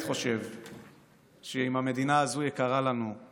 נגד מינויו